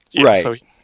Right